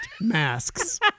masks